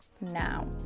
now